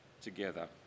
together